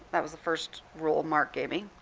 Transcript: that was the first rule mark gave me.